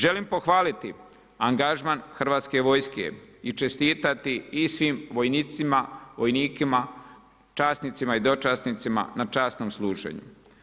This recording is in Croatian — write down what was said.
Želim pohvaliti angažman Hrvatske vojske i čestitati i svim vojnicima, vojnikima, časnicima i dočasnicima na časnom služenju.